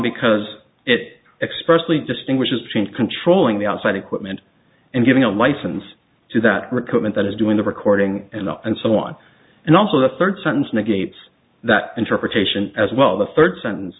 because it expressly distinguishes between controlling the outside equipment and giving a license to that recumbent that is doing the recording and the and so on and also the third sentence negates that interpretation as well the third sentence